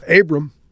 Abram